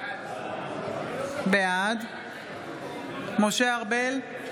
בעד משה ארבל,